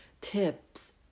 Tips